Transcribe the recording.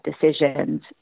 decisions